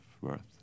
worth